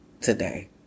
today